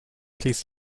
please